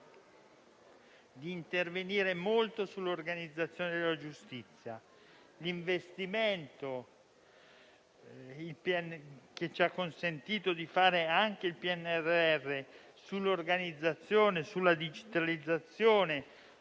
di intervenire molto sull'organizzazione della giustizia. L'investimento, consentito anche dal PNRR, sull'organizzazione, sulla digitalizzazione,